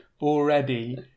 already